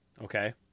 Okay